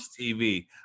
TV